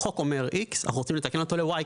החוק אומר X ואנחנו רוצים לתקן אותו ל-Y,